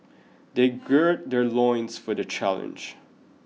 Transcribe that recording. they gird their loins for the challenge